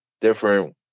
different